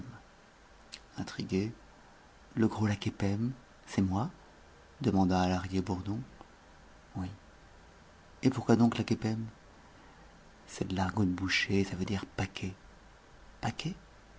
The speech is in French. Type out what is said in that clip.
intrigué le gros laquépem c'est moi demanda à lahrier bourdon oui et pourquoi donc laquépem c'est de l'argot de boucher ça veut dire paquet paquet